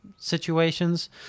situations